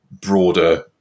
broader